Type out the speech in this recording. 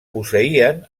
posseïen